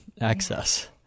access